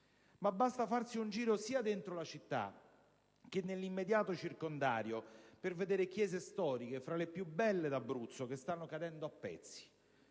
Ma basta farsi un giro sia dentro la città che nell'immediato circondario per vedere chiese storiche, fra le più belle d'Abruzzo, che stanno cadendo a pezzi.